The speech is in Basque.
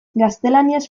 gaztelaniaz